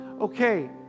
okay